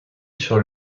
sur